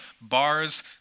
bars